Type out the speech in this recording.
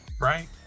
Right